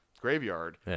graveyard